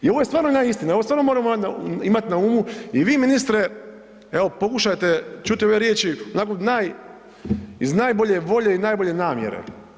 I ovo je stvarno jedna istina, ovo stvarno moramo imat na umu, i vi ministre, evo pokušajte čuti ove riječi iz najbolje volje i najbolje namjere.